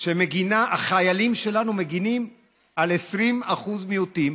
החיילים שלנו מגינים על 20% מיעוטים,